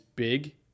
Big